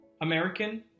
American